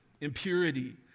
impurity